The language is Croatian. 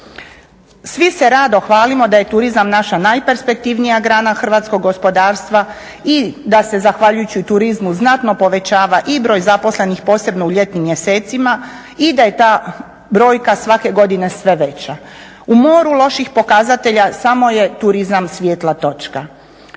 Svi se rado hvalimo da je turizam naša najperspektivnija grana hrvatskog gospodarstva i da se zahvaljujući turizmu znatno povećava i broj zaposlenih, posebno u ljetnim mjesecima i da je ta brojka svake godine sve veća. U moru loših pokazatelja samo je turizam svijetla točka.